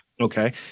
Okay